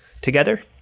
together